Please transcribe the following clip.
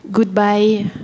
Goodbye